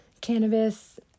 cannabis